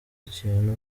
ikintu